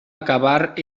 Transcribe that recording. acabar